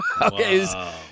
Okay